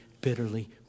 bitterly